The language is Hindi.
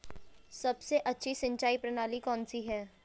सबसे अच्छी सिंचाई प्रणाली कौन सी है?